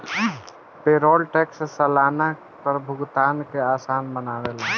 payroll tax सलाना कर भुगतान के आसान बनावेला